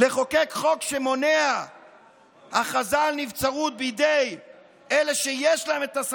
לחוקק חוק שמונע הכרזה על נבצרות בידי